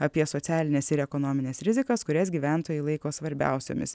apie socialines ir ekonomines rizikas kurias gyventojai laiko svarbiausiomis